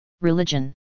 religion